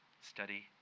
Study